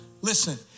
Listen